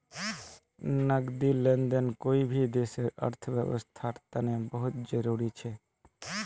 नकदी लेन देन कोई भी देशर अर्थव्यवस्थार तने बहुत जरूरी छ